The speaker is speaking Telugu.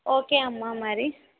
ఓకే అమ్మ మరి